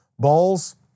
Bowls